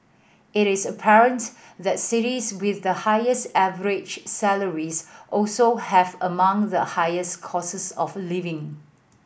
it is apparent that cities with the highest average salaries also have among the highest costs of living